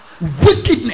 Wickedness